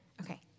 Okay